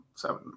Seven